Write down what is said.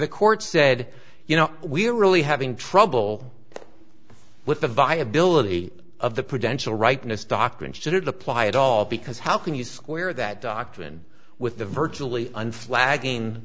the court said you know we're really having trouble with the viability of the potential rightness doctrine should apply at all because how can you square that doctrine with the virtually unflagging